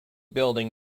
building